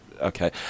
okay